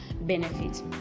benefit